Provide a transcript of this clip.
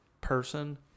person